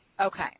Okay